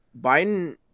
biden